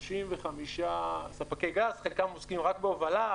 35 ספקי, חלקם עוסקים רק בהובלה.